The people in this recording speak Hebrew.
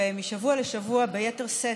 ומשבוע לשבוע ביתר שאת,